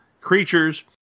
creatures